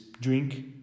drink